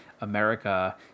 america